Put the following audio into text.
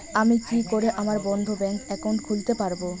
আমি কি করে আমার বন্ধ ব্যাংক একাউন্ট খুলতে পারবো?